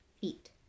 feet